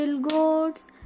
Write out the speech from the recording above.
Goats